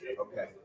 Okay